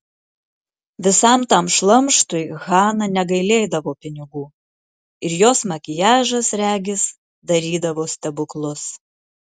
visam tam šlamštui hana negailėdavo pinigų ir jos makiažas regis darydavo stebuklus